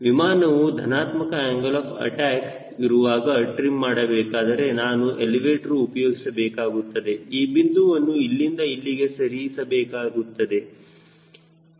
ವಿಮಾನವು ಧನಾತ್ಮಕ angle of attack ಇರುವಾಗ ಟ್ರಿಮ್ ಮಾಡಬೇಕಾದರೆ ನಾನು ಎಲಿವೇಟರ್ ಉಪಯೋಗಿಸಬೇಕಾಗುತ್ತದೆ ಈ ಬಿಂದುವನ್ನು ಇಲ್ಲಿಂದ ಇಲ್ಲಿಗೆ ಸರಿ ಸಬೇಕಾಗುತ್ತದೆ